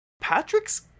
Patrick's